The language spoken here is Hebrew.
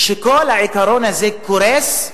שכל העיקרון הזה קורס,